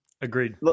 Agreed